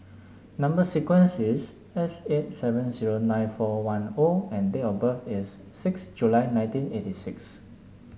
number sequence is S eight seven six zero nine four one O and date of birth is six July nineteen eighty six